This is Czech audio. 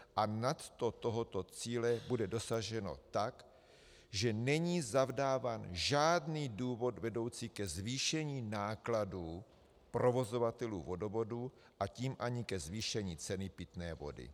A nadto tohoto cíle bude dosaženo tak, že není zavdáván žádný důvod vedoucí ke zvýšení nákladů provozovatelů vodovodů, a tím ani ke zvýšení ceny pitné vody.